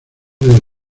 del